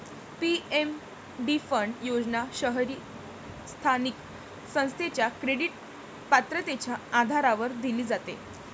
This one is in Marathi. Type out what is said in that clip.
पी.एफ.डी फंड योजना शहरी स्थानिक संस्थेच्या क्रेडिट पात्रतेच्या आधारावर दिली जाते